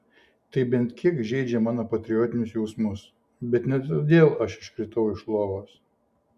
tai bent kiek žeidžia mano patriotinius jausmus bet ne todėl aš iškritau iš lovos